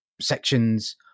sections